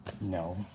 No